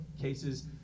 cases